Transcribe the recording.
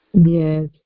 Yes